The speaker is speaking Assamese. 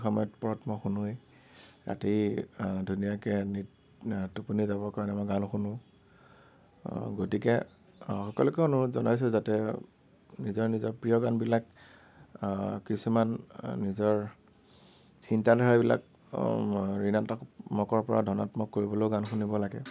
গতিকে সকলোকে অনুৰোধ জনাইছোঁ যাতে নিজৰ নিজৰ প্ৰিয় গানবিলাক কিছুমান নিজৰ চিন্তাধাৰাবিলাক ঋণাত্মকৰ পৰা ধনাত্মক কৰিবলৈ গান শুনিব লাগে